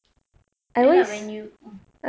and then lah when you uh